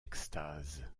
extase